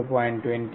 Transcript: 2 ते 0